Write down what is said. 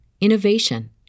innovation